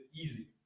easy